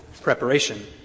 preparation